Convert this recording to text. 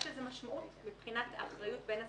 יש לזה משמעות מבחינת אחריות בין השחקנים,